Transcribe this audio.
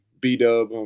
B-Dub